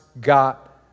got